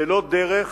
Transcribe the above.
ללא דרך,